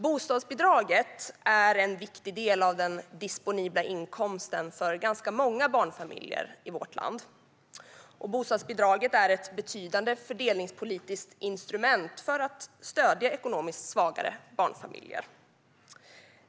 Bostadsbidraget är en viktig del av den disponibla inkomsten för ganska många barnfamiljer i vårt land och ett betydande fördelningspolitiskt instrument för att stödja ekonomiskt svagare barnfamiljer.